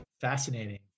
Fascinating